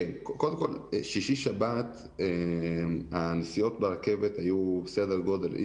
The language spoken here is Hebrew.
כן קודם כל שישי-שבת הנסיעות ברכבת היו בסדר גודל של,